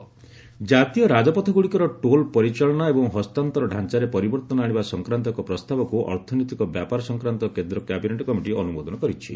CCEA highway toll ଜାତୀୟ ରାଜପଥଗ୍ରଡ଼ିକର toll ପରିଚାଳନା ଏବଂ ହସ୍ତାନ୍ତର ଢାଞ୍ଚାରେ ପରିବର୍ତ୍ତନ ଆଣିବା ସଂକ୍ରାନ୍ତ ଏକ ପ୍ରସ୍ତାବକ୍ତ ଅର୍ଥନୈତିକ ବ୍ୟାପାର ସଂକ୍ରାନ୍ତ କେନ୍ଦ୍ର କ୍ୟାବିନେଟ୍ କମିଟି ଅନୁମୋଦନ କରିଛି